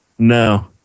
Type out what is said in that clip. No